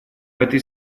этой